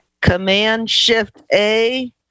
Command-Shift-A